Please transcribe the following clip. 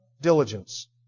diligence